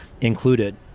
included